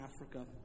Africa